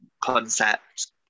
concept